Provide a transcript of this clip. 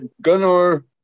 Gunnar